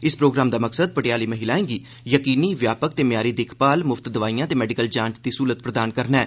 इस प्रोग्रम दा मकसद भटेयाली महिलाएं गी यकीनी व्यापक ते म्यारी दिक्खमाल मुफ्त दवाइयां ते मेडिकल टेस्ट दी सुविघा प्रदान करना ऐ